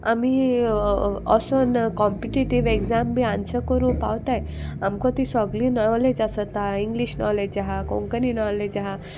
आमी ओसोन competitive exam बी आन्सर करूं पावताय आमकां ती सोगली नॉलेज आसोता इंग्लीश नॉलेज आहा कोंकणी नॉलेज आहा